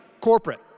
corporate